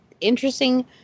interesting